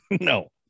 No